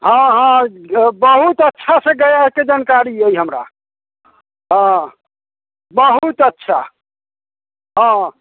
हँ हँ बहूत अच्छा से गयाके जानकारी अइ हमरा हँ बहूत अच्छा हँ